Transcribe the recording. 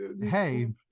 hey